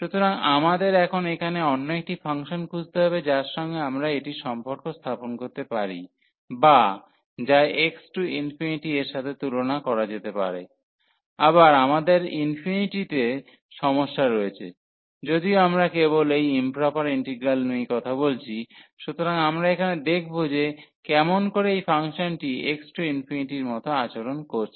সুতরাং আমাদের এখন এখানে অন্য একটি ফাংশন খুঁজতে হবে যার সঙ্গে আমরা এটির সম্পর্ক স্থাপন করতে পারি বা যা x→∞ এর সাথে এর সাথে তুলনা করা যেতে পারে আবার আমাদের ইনফিনিটিতে সমস্যা রয়েছে যদিও আমরা কেবল এই ইম্প্রপার ইন্টিগ্রালগুলি নিয়েই কথা বলছি সুতরাং আমরা এখানে দেখব যে কেমন করে এই ফাংশনটি x→∞ এর মত আচরণ করছে